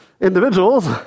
individuals